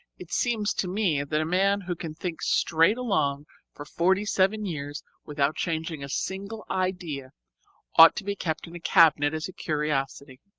it seems to me that a man who can think straight along for forty-seven years without changing a single idea ought to be kept in a cabinet as a curiosity.